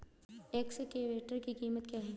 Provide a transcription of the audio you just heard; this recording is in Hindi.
एक्सकेवेटर की कीमत क्या है?